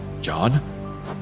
John